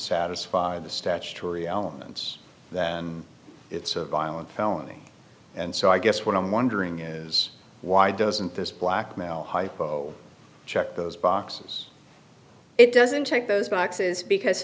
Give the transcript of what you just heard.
satisfy the statutory elements that it's a violent felony and so i guess what i'm wondering is why doesn't this blackmail hypo check those boxes it doesn't take those boxes because